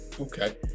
Okay